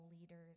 leaders